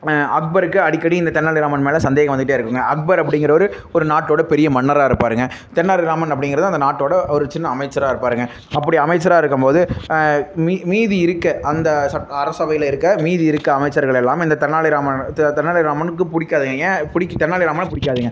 அக்பருக்கு அடிக்கடி இந்த தெனாலிராமன் மேலே சந்தேகம் வந்துகிட்டே இருக்கும்ங்க அக்பர் அப்படிங்கிறவரு ஒரு நாட்டோடய பெரிய மன்னராக இருப்பாருங்க தெனாலிராமன் அப்படிங்கிறது அந்த நாட்டோடய ஒரு சின்ன அமைச்சராக இருப்பாருங்கள் அப்படி அமைச்சராக இருக்கும்போது மீ மீதி இருக்க அந்த ச அரசவையில் இருக்க மீதி இருக்க அமைச்சர்கள் எல்லாம் இந்த தெனாலிராமன் தெ தெனாலிராமனுக்கு பிடிக்காதுங்க ஏன் புடிக் தெனாலிராமன பிடிக்காதுங்க